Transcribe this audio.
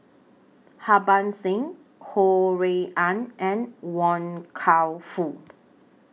Harbans Singh Ho Rui An and Wan Kam Fook